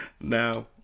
Now